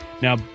Now